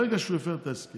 ברגע שהוא הפר את הסכם